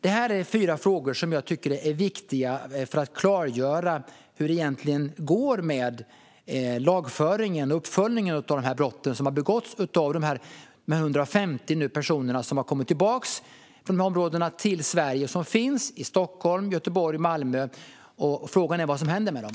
Det här är fyra frågor som jag tycker är viktiga för att klargöra hur det egentligen går med lagföringen och med uppföljningen av de brott som har begåtts av de 150 personer som har kommit tillbaka från de här områdena till Sverige och som finns i Stockholm, Göteborg och Malmö. Frågan är vad som händer med dem.